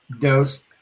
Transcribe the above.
Dose